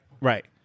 right